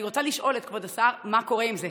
אני רוצה לשאול את כבוד השר: מה קורה עם זה?